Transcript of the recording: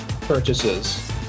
purchases